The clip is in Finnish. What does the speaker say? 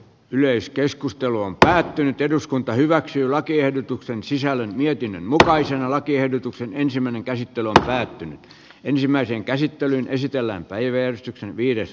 yleiskeskustelu on päättynyt eduskunta hyväksyi lakiehdotuksen sisällön ja timen mutkaisen lakiehdotuksen ensimmäinen käsittely päättyy ensimmäisen onko tällainen suhde oikea